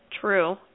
True